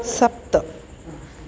सप्त